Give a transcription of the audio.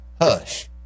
hush